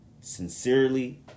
Sincerely